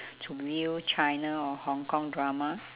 to view china or hong-kong drama